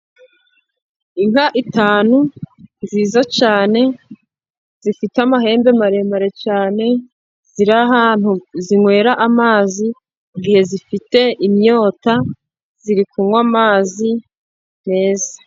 Inka eshanu nziza cyane zifite amahembe maremare cyane, ziri ahantu zinywera amazi, igihe zifite inyota ziri kunywa amazi meza.